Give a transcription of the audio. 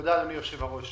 תודה אדוני היושב ראש.